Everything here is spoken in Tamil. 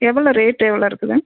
எவ்வளோ ரேட்டு எவ்வளோ இருக்குதுங்க